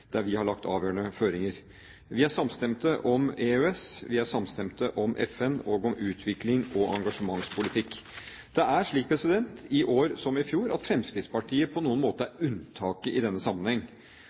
der vi har lagt avgjørende føringer. Vi er samstemte om EØS, vi er samstemte om FN og om utviklings- og engasjementspolitikk. Det er slik i år som i fjor at Fremskrittspartiet på noen måter er